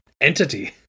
Entity